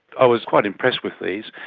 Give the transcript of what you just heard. i was quite impressed with these,